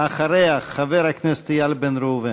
ואחריה, חבר הכנסת איל בן ראובן.